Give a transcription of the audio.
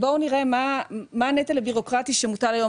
בואו נראה מהו הנטל הבירוקרטי שמוטל היום